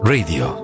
Radio